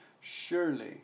Surely